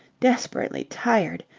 desperately tired,